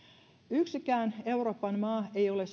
yksikään euroopan maa ei ole